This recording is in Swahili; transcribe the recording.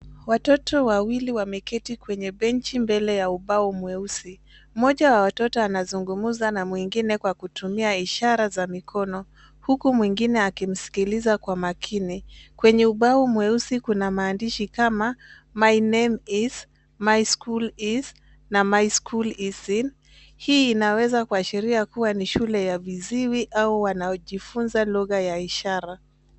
Watoto wawili wameketi kwenye benchi mbele ya ubao mweusi. Mmoja wa watoto anazungumza na mwingine kwa kutumia ishara za mikono, huku mwingine akimsikiliza kwa makini. Kwenye ubao mweusi kuna maandishi kama my name is, my school is na my school is in . Hii inaweza kuashiria kuwa ni shule ya viziwi au wanaojifunza lugha ya ishara.